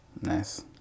Nice